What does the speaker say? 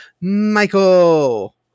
Michael